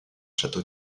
château